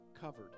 covered